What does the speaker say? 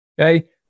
okay